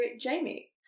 Jamie